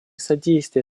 содействия